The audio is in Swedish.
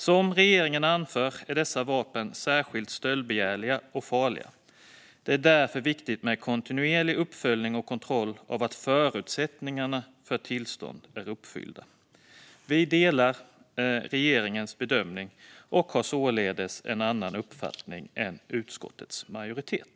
Som regeringen anför är dessa vapen särskilt stöldbegärliga och farliga. Det är därför viktigt med kontinuerlig uppföljning och kontroll av att förutsättningarna för tillstånd är uppfyllda. Vi delar regeringens bedömning och har således en annan uppfattning än utskottets majoritet.